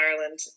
Ireland